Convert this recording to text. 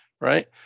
right